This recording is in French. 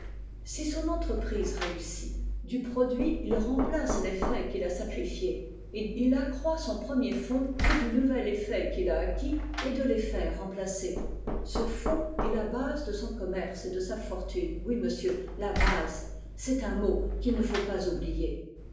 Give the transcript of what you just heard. si son entreprise réussit du produit il remplace l'effet qu'il a sacrifié et il accroît son premier fonds et du nouvel effet qu'il a acquis et de l'effet remplacé ce fonds est la base de son commerce et de sa fortune oui monsieur la base c'est un mot qu'il ne faut pas oublier